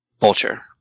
Vulture